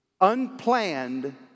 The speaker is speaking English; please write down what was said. unplanned